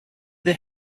the